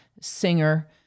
singer